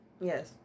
yes